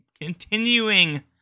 continuing